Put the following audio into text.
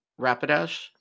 Rapidash